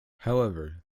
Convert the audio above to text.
however